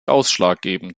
ausschlaggebend